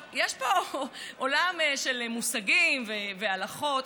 יש פה עולם של מושגים והלכות.